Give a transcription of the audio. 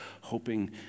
hoping